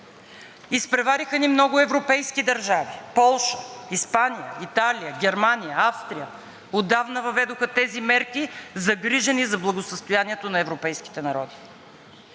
Изпревариха ни много европейски държави. Полша, Испания, Италия, Германия, Австрия отдавна въведоха тези мерки, загрижени за благосъстоянието на европейските народи.